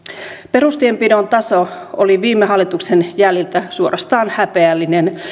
perustienpidon taso oli viime hallituksen jäljiltä suorastaan häpeällinen